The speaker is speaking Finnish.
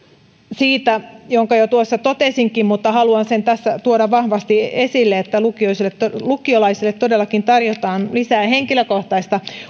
siitä minkä jo tuossa totesinkin mutta haluan tässä tuoda vahvasti esille että lukiolaisille tarjotaan lisää henkilökohtaista